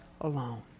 alone